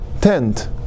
tent